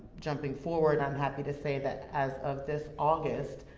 jumping forward, i'm happy to say that, as of this august,